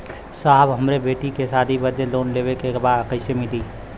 साहब हमरे बेटी के शादी बदे के लोन लेवे के बा कइसे मिलि?